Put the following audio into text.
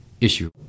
issue